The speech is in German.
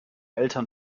eltern